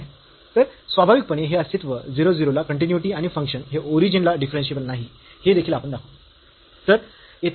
तर स्वाभाविकपणे हे अस्तित्व 0 0 ला कन्टीन्यूइटी आणि फंक्शन हे ओरिजिन ला डिफरन्शियेबल नाही हे देखील आपण दाखवू